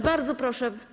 Bardzo proszę.